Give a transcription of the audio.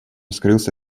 скрылся